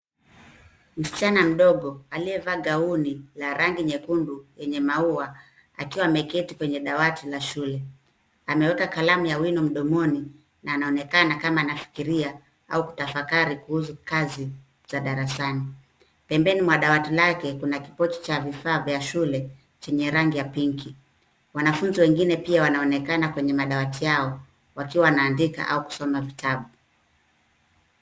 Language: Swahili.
Msichana mdogo aliyevaa gauni la rangi nyekundu lenye maua akiwa ameketi kwenye dawati la shule. Ameweka kalamu ya wino mdomoni na anaonekana kama anafikiria au kutafakari kuhusu kazi za darasani. Pembeni mwa dawati lake kuna kipochi cha vifaa vya shule chenye rangi ya waridi. Wanafunzi wengine pia wanaonekana kwenye madawati yao wakiwa wanaandika au kusoma vitabu.